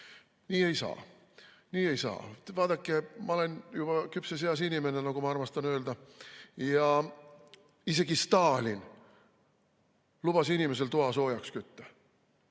nii ei saa. Vaadake, ma olen juba küpses eas inimene, nagu ma armastan öelda, ja isegi Stalin lubas inimesel toa soojaks kütta.